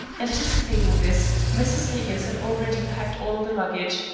anticipating this, mrs. higgins had already packed all the luggage,